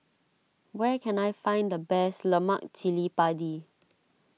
where can I find the best Lemak Cili Padi